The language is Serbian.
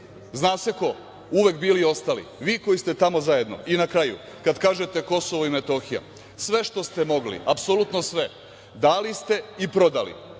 Zna se ko. Uvek bili i ostali. Vi koji ste tamo zajedno. Na kraju, kada kažete Kosovo i Metohija. Sve što ste mogli, apsolutno sve, dali ste i prodali,